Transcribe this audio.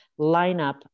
lineup